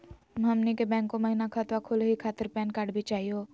हमनी के बैंको महिना खतवा खोलही खातीर पैन कार्ड भी चाहियो?